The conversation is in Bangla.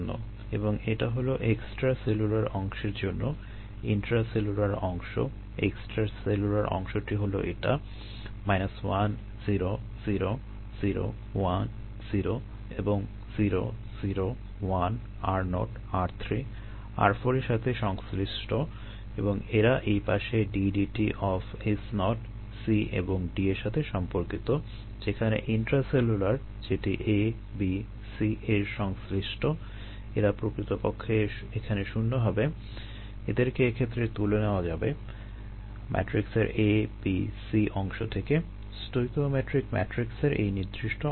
এবং এটা হলো এক্সট্রাসেলুলার অংশের জন্য ইন্ট্রাসেলুলার অংশ এক্সট্রাসেলুলার অংশটি হলো এটা মাইনাস 1 0 0 0 1 0 এবং 0 0 1 r0 r3 r4 এর সাথে সংশ্লিষ্ট এবং এরা এই পাশে d dt of S0 C এবং D এর সাথে সম্পর্কিত যেখানে ইন্ট্রাসেলুলার যেটি A B C এর সংশ্লিষ্ট এরা প্রকৃতপক্ষে এখানে শূণ্য হবে এদেরকে এক্ষেত্রে তুলে নেওয়া যাবে ম্যাট্রিক্সের A B C অংশ থেকে স্টয়কিওমেট্রিক ম্যাট্রিক্সের এই নির্দিষ্ট অংশ থেকে